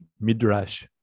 midrash